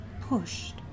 pushed